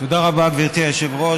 תודה רבה, גברתי היושבת-ראש.